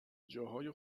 جاهای